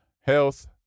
health